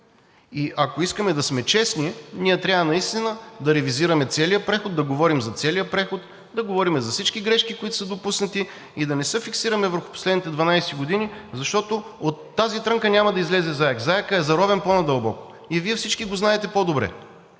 Ако искаме да сме честни, ние трябва наистина да ревизираме целия преход, да говорим за целия преход, да говорим за всички грешки, които са допуснати, и да не се фиксираме върху последните 12 години, защото от тази трънка няма да излезе заек. Заекът е заровен по-надълбоко и Вие всички го знаете по-добре,